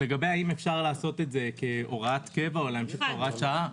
לגבי האם אפשר לעשות את זה כהוראת קבע או להמשיך כהוראת שעה,